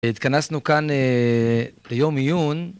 התכנסנו כאן ליום עיון.